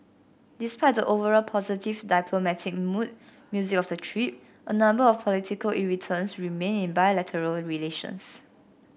despite the overall positive diplomatic mood music of the trip a number of political irritants remain in bilateral relations